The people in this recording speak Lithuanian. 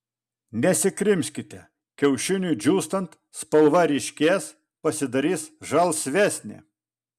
nesikrimskite kiaušiniui džiūstant spalva ryškės pasidarys žalsvesnė